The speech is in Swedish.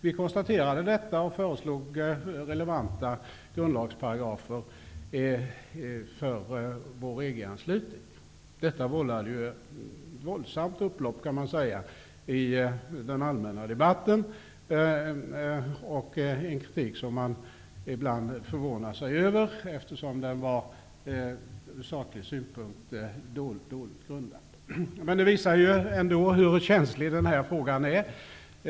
Vi föreslog därför relevanta grundlagsparagrafer för Sveriges EG-anslutning. Detta förorsakade ett våldsamt upplopp i den allmänna debatten och en kritik som man ibland förvånade sig över, eftersom den från saklig synpunkt var dåligt grundad. Det visar hur känslig denna fråga är.